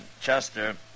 Chester